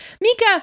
Mika